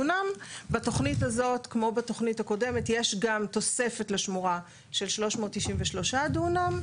בתוכנית הזאת כמו בתוכנית הקודמת יש גם תוספת לשמורה של 393 דונם,